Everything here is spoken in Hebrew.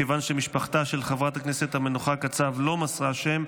מכיוון שמשפחתה של חברת הכנסת המנוחה קצב לא מסרה שם,